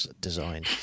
design